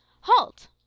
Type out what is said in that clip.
HALT